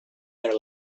their